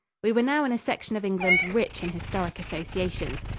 we were now in a section of england rich in historic associations.